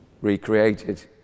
recreated